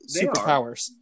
superpowers